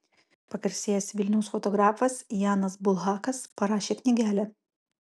pagarsėjęs vilniaus fotografas janas bulhakas parašė knygelę